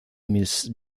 miss